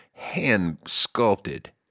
hand-sculpted